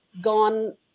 gone